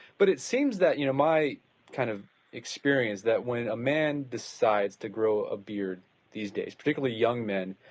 but it seems that, you know, my kind of experience that when a man decides to grow a beard these days, particularly young men,